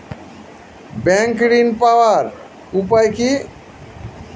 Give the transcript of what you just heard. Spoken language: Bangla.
ব্যাংক ঋণ পাওয়ার উপায় কি?